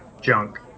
junk